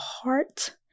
heart